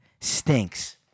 Stinks